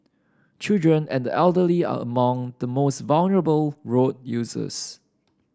children and the elderly are among the most vulnerable road users